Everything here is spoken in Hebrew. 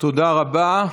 תודה רבה.